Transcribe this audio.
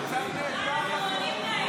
אנחנו עונים להם.